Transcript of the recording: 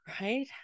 right